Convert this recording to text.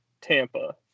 Tampa